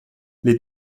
les